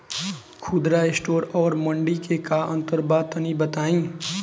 खुदरा स्टोर और मंडी में का अंतर बा तनी बताई?